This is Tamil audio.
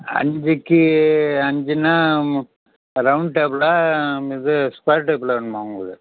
அஞ்சிக்கு அஞ்சின்னால் ரௌண்ட் டேபிளா இது ஸ்கொயர் டேபிள் வேணுமா உங்களுக்கு